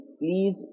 please